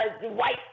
white